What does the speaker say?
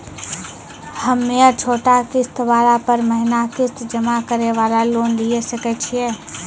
हम्मय छोटा किस्त वाला पर महीना किस्त जमा करे वाला लोन लिये सकय छियै?